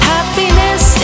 Happiness